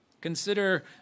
Consider